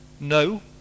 No